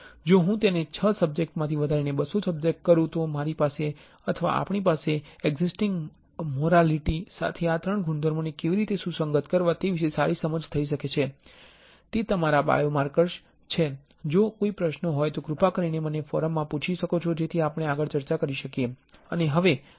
જો હું તેને 6 સબ્જેક્ટ માંથી વધારીને 200 સબ્જેક્ટ કરુ તો મારી પાસે અથવા આપણી પાસે એક્ઝિસ્ટિંગ મોરાલીટિ સાથે આ ત્રણ ગુણધર્મોને કેવી રીતે સુસંગત કરવા તે વિશે સારી સમજ થઇ શકે છે તે તમારા બાયોમાર્કર્સ છે જો કોઈ પ્રશ્ન હોય તો કૃપા કરીને મને ફોરમ મા પુછી શકો છો જેથી આપણે આગળ ચર્ચા કરી શકીએ